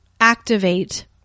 activate